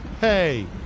Hey